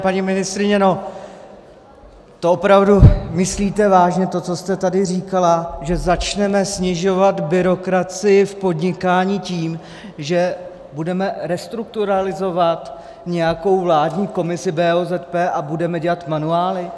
Paní ministryně, to opravdu myslíte vážně, to, co jste tady říkala, že začneme snižovat byrokracii v podnikání tím, že budeme restrukturalizovat nějakou vládní komisi BOZP a budeme dělat manuály?